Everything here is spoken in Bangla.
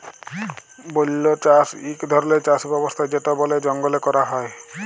বল্য চাষ ইক ধরলের চাষ ব্যবস্থা যেট বলে জঙ্গলে ক্যরা হ্যয়